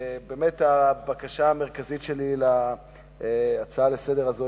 הבקשה המרכזית שלי בהצעה הזאת לסדר-היום